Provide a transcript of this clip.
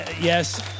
yes